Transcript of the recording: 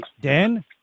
Dan